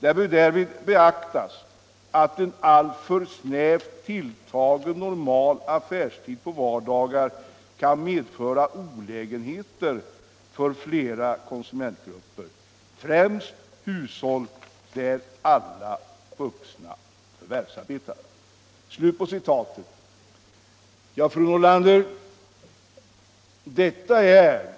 Det bör därvid beaktas att en alltför snävt tilltagen normal affärstid på vardagar kan medföra olägenheter för flera konsumentgrupper, främst hushåll där alla vuxna förvärvsarbetar.” Ja, fru Nordlander, detta är